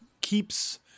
keeps